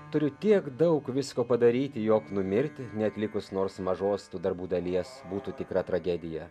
turiu tiek daug visko padaryti jog numirti neatlikus nors mažos tų darbų dalies būtų tikra tragedija